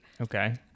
Okay